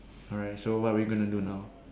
alright so what are we gonna do now